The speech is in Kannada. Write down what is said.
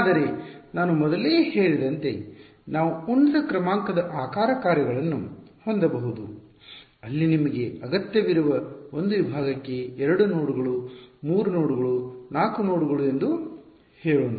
ಆದರೆ ನಾನು ಮೊದಲೇ ಹೇಳಿದಂತೆ ನಾವು ಉನ್ನತ ಕ್ರಮಾಂಕದ ಆಕಾರ ಕಾರ್ಯಗಳನ್ನು ಹೊಂದಬಹುದು ಅಲ್ಲಿ ನಿಮಗೆ ಅಗತ್ಯವಿರುವ ಒಂದು ವಿಭಾಗಕ್ಕೆ 2 ನೋಡ್ಗಳು 3 ನೋಡ್ಗಳು 4 ನೋಡ್ಗಳು ಎಂದು ಹೇಳೋಣ